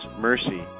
mercy